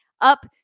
up